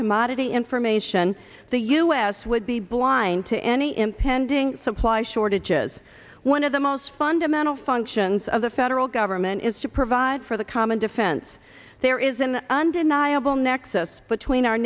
commodity information the us would be blind to any impending supply shortages one of the most fundamental functions of the federal government is to provide for the common defense there is an undeniable nexus between our